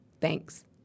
Thanks